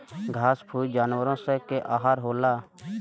घास फूस जानवरो स के आहार होला